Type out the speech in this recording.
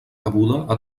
cabuda